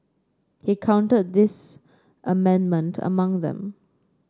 he counted this amendment among them